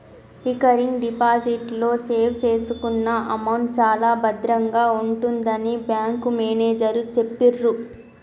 recurring deposit లో save చేసుకున్న amount చాలా భద్రంగా ఉంటుందని బ్యాంకు మేనేజరు చెప్పిర్రు